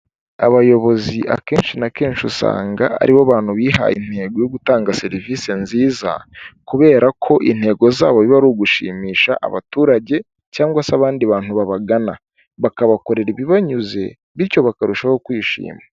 Abayobozi akenshi na kenshi usanga aribo bantu bihaye intego yo gutanga serivisi nziza kubera ko intego zabo biba ari ugushimisha abaturage cyangwa se abandi bantu babagana bakabakorera ibibanyuze bityo bakarushaho kwishima.